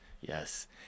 Yes